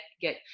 get